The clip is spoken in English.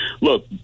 Look